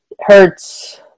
hurts